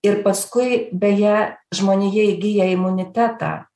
ir paskui beje žmonija įgija imunitetą